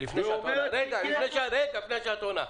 לפני שאת עונה.